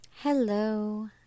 Hello